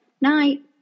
Night